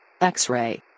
X-ray